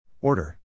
Order